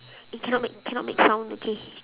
eh cannot make cannot make sound okay